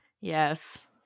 Yes